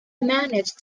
managed